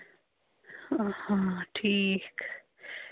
آ ٹھیٖک